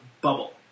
bubble